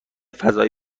فضایی